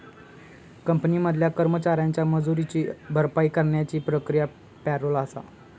company मधल्या कर्मचाऱ्यांच्या मजुरीची भरपाई करण्याची प्रक्रिया पॅरोल आसा